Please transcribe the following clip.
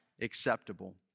acceptable